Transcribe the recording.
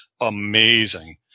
amazing